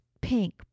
pink